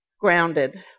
grounded